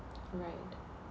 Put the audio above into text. right